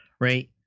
right